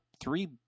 three